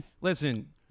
Listen